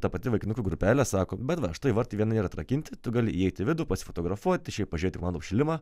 ta pati vaikinukų grupelė sako bet va štai vartai vienai yra atrakinti tu gali įeit į vidų pats pasifotografuoti šiaip pažiūrėti komandų apšilimą